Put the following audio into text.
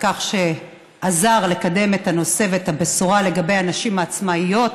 על כך שעזר לקדם את הנושא ואת הבשורה לגבי הנשים העצמאיות,